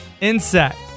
insect